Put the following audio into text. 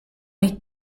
les